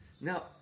Now